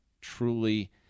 truly